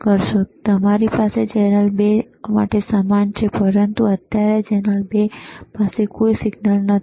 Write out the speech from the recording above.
પછી અમારી પાસે ચેનલ 2 માટે સમાન છે પરંતુ અત્યારે ચેનલ 2 પાસે કોઈ સિગ્નલ નથી